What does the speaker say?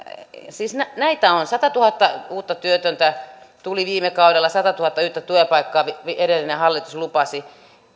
siis näitä on satatuhatta uutta työtöntä tuli viime kaudella satatuhatta uutta työpaikkaa edellinen hallitus lupasi